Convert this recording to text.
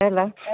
hello